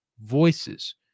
voices